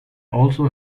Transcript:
also